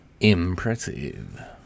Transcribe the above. Impressive